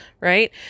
right